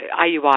IUI